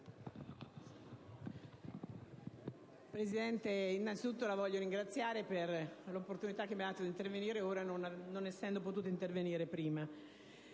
Presidente, innanzitutto voglio ringraziarla per l'opportunità che mi ha dato di intervenire ora, non avendolo potuto fare prima.